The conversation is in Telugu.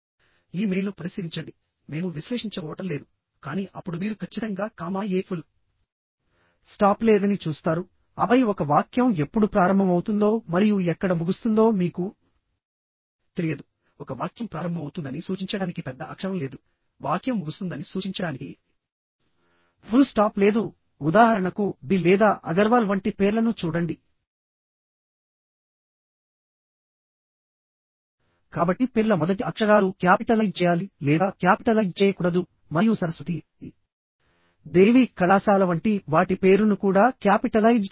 ఈ మెయిల్ను పరిశీలించండి మేము విశ్లేషించబోవడం లేదు కానీ అప్పుడు మీరు ఖచ్చితంగా కామా ఏ ఫుల్ స్టాప్ లేదని చూస్తారు ఆపై ఒక వాక్యం ఎప్పుడు ప్రారంభమవుతుందో మరియు ఎక్కడ ముగుస్తుందో మీకు తెలియదు ఒక వాక్యం ప్రారంభమవుతుందని సూచించడానికి పెద్ద అక్షరం లేదు వాక్యం ముగుస్తుందని సూచించడానికి ఫుల్ స్టాప్ లేదు ఉదాహరణకు బి లేదా అగర్వాల్ వంటి పేర్లను చూడండి కాబట్టి పేర్ల మొదటి అక్షరాలు క్యాపిటలైజ్ చేయాలి లేదా క్యాపిటలైజ్ చేయకూడదు మరియు సరస్వతి దేవి కళాశాల వంటి వాటి పేరును కూడా క్యాపిటలైజ్ చేయాలి